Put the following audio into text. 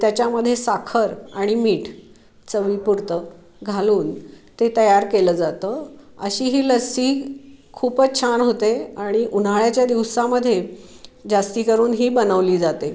त्याच्यामध्ये साखर आणि मीठ चवीपुरतं घालून ते तयार केलं जातं अशी ही लस्सी खूपच छान होते आणि उन्हाळ्याच्या दिवसामध्ये जास्त करून ही बनवली जाते